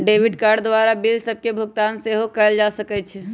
debit card द्वारा bill सभके भुगतान सेहो कएल जा सकइ छै